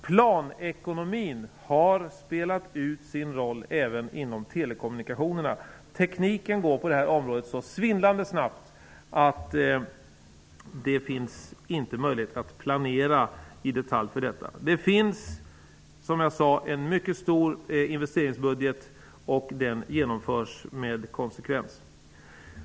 Planekonomin har spelat ut sin roll även inom telekommunikationerna. Teknikutvecklingen på detta område går så svindlande snabbt att det inte finns möjlighet att planera i detalj. Det finns, som jag sade, en mycket stor investeringsbudget och det som ingår i den genomförs med konsekvens.